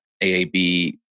AAB